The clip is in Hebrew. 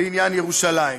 בעניין ירושלים.